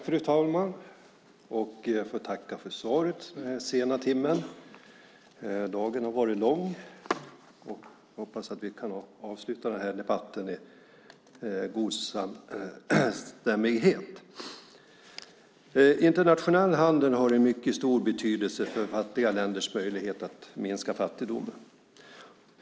Fru talman! Jag får tacka för svaret denna sena timme. Dagen har varit lång, och jag hoppas att vi kan avsluta den här debatten i god samstämmighet. Internationell handel har en mycket stor betydelse för fattiga länders möjlighet att minska fattigdomen.